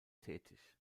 tätig